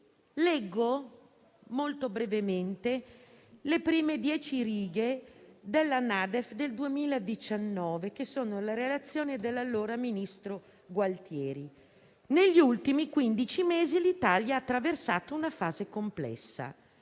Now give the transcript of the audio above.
Leggo brevemente le prime dieci righe della NADEF del 2019, che sono le parole della relazione dell'allora ministro Gualtieri: «Negli ultimi quindici mesi l'Italia ha attraversato una fase complessa,